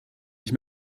ich